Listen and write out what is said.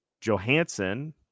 Johansson